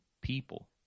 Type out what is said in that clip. people